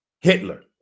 Hitler